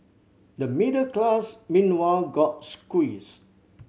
the middle class meanwhile got squeezed